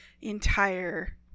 entire